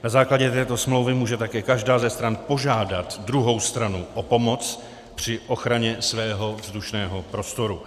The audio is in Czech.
Na základě této smlouvy může také každá ze stran požádat druhou stranu o pomoc při ochraně svého vzdušného prostoru.